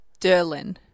Derlin